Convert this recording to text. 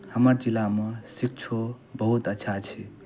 हमर जिलामे शिक्षो बहुत अच्छा छै